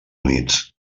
units